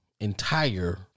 entire